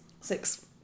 six